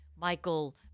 Michael